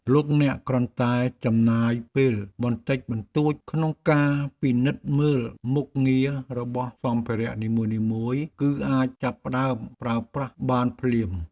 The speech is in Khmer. លោកអ្នកគ្រាន់តែចំណាយពេលបន្តិចបន្តួចក្នុងការពិនិត្យមើលមុខងាររបស់សម្ភារៈនីមួយៗគឺអាចចាប់ផ្ដើមប្រើប្រាស់បានភ្លាម។